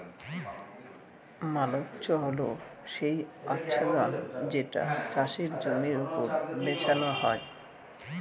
mulch হল সেই আচ্ছাদন যেটা চাষের জমির ওপর বিছানো হয়